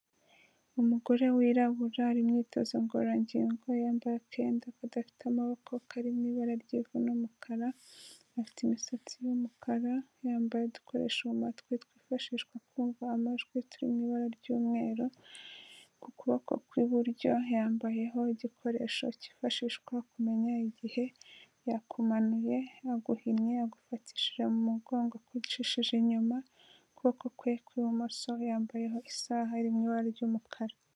Umugore wirabura ari mu myitozo ngororangingo yambaye akenda kadafite amaboko kari mu ibara ry'ivu n'umukara, afite imisatsi y'umukara, yambaye udukoresho mu matwi twifashishwa kumva amajwi turi mu ibara ry'umweru, ku kuboko kw'iburyo yambayeho igikoresho cyifashishwa kumenya igihe yakumanuye, yaguhinnye, yagufatishije mu mugongo akwicishije inyuma, ukuboko kwe kw'ibumoso yambayeho isaha iri mu ibara ry'umukara.